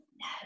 no